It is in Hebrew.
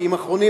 כי עם האחרונות,